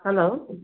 hello